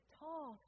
tall